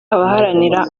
abaharanira